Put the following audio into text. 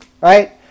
Right